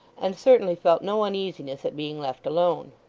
and certainly felt no uneasiness at being left alone.